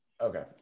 Okay